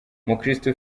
umukiristo